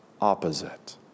opposite